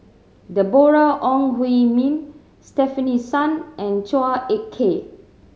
Deborah Ong Hui Min Stefanie Sun and Chua Ek Kay